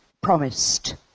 promised